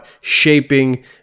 shaping